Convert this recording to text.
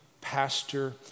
pastor